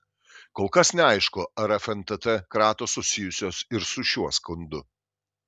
kol kas neaišku ar fntt kratos susijusios ir su šiuo skundu